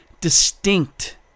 distinct